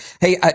hey